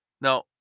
Now